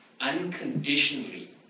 unconditionally